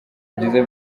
byiza